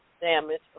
damage